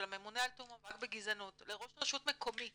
של הממונה על תיאום מאבק בגזענות לראש רשות מקומית